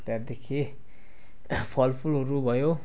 त्यहाँदेखि फलफुलहरू भयो